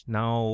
now